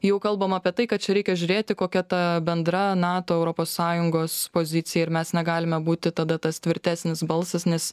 jau kalbama apie tai kad čia reikia žiūrėti kokia ta bendra nato europos sąjungos pozicija ir mes negalime būti tada tas tvirtesnis balsas nes